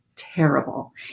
terrible